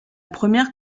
première